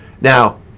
Now